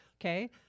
Okay